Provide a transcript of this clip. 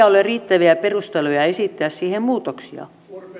ole riittäviä perusteluja esittää siihen muutoksia